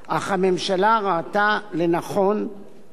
אך הממשלה ראתה לנכון,